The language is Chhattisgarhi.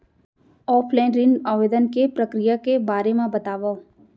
ऑफलाइन ऋण आवेदन के प्रक्रिया के बारे म बतावव?